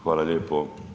Hvala lijepo.